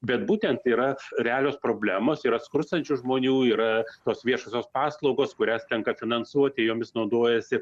bet būtent yra realios problemos yra skurstančių žmonių yra tos viešosios paslaugos kurias tenka finansuoti jomis naudojasi